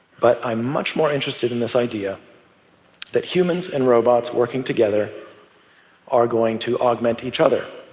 but i'm much more interested in this idea that humans and robots working together are going to augment each other,